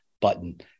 button